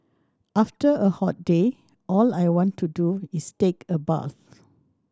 after a hot day all I want to do is take a bath